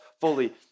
fully